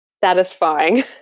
satisfying